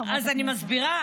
חברת הכנסת שטרית?